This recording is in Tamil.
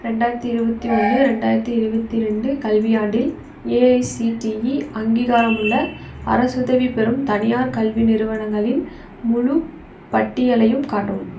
ரெண்டாயிரத்து இருபத்தி ஒன்று ரெண்டாயிரத்தி இருபத்தி ரெண்டு கல்வியாண்டில் ஏஐசிடிஇ அங்கீகாரமுள்ள அரசுதவி பெறும் தனியார் கல்வி நிறுவனங்களின் முழுப் பட்டியலையும் காட்டவும்